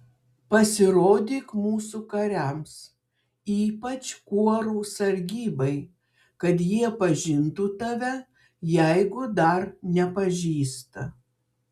pasirodyk mūsų kariams ypač kuorų sargybai kad jie pažintų tave jeigu dar nepažįsta